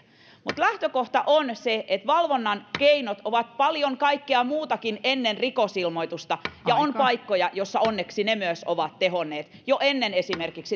mutta lähtökohta on se että valvonnan keinot ovat paljon kaikkea muutakin ennen rikosilmoitusta ja on paikkoja joissa onneksi ne ovat myös tehonneet esimerkiksi jo ennen